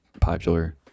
popular